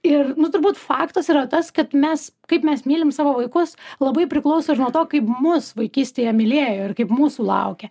ir nu turbūt faktas yra tas kad mes kaip mes mylim savo vaikus labai priklauso ir nuo to kaip mus vaikystėje mylėjo ir kaip mūsų laukė